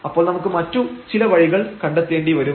അപ്പോൾ നമുക്ക് മറ്റു ചില വഴികൾ കണ്ടെത്തേണ്ടിവരും